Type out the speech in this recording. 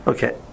Okay